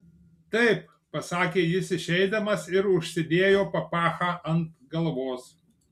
taip pasakė jis išeidamas ir užsidėjo papachą ant galvos